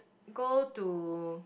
go to